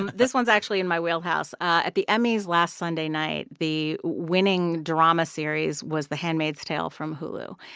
and this one's actually in my wheelhouse. at the emmys last sunday night, the winning drama series was the handmaid's tale from hulu.